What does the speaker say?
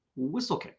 whistlekick